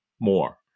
more